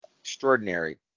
extraordinary